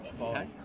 okay